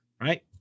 right